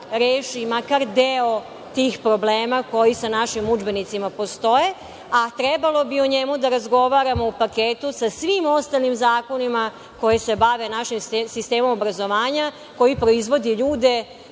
reši makar deo tih problema koji sa našim udžbenicima postoje, a trebalo bi o njemu da razgovaramo u paketu sa svim ostalim zakonima koji se bave našim sistemom obrazovanja, koji proizvodi ljude